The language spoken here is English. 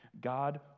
God